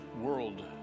world